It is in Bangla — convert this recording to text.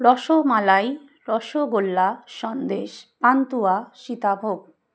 রসমালাই রসগোল্লা সন্দেশ পান্তুয়া সীতাভোগ